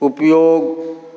उपयोग